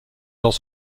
dans